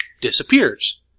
disappears